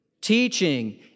Teaching